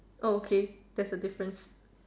oh okay that's the difference